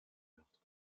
meurtre